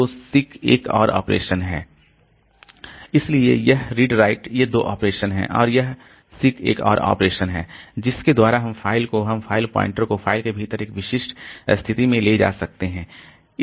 तो सीक एक और ऑपरेशन है इसलिए यह रीड राइट ये दो ऑपरेशन हैं और यह सीक एक और ऑपरेशन है जिसके द्वारा हम फाइल को हम फाइल पॉइंटर को फाइल के भीतर एक विशिष्ट स्थिति में ले जा सकते हैं